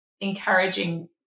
encouraging